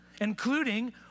including